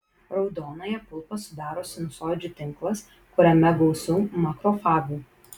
raudonąją pulpą sudaro sinusoidžių tinklas kuriame gausu makrofagų